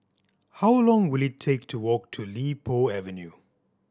how long will it take to walk to Li Po Avenue